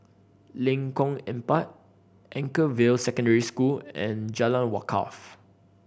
Lengkong Empat Anchorvale Secondary School and Jalan Wakaff